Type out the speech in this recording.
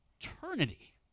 eternity